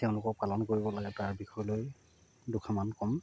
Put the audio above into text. তেওঁলোকক পালন কৰিব লাগে তাৰ বিষয়লৈ দুআষাৰমান কম